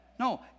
No